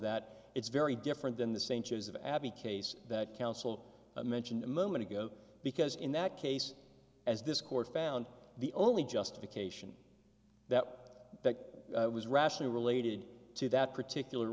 that it's very different than the same issues of abbey case that counsel mentioned a moment ago because in that case as this court found the only justification that was rational related to that particular